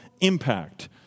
impact